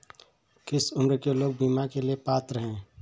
किस उम्र के लोग बीमा के लिए पात्र हैं?